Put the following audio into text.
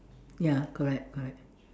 ya correct correct